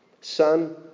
Son